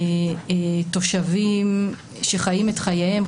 תושבים שחיים את חייהם,